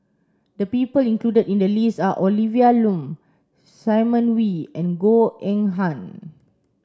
the people included in the list are Olivia Lum Simon Wee and Goh Eng Han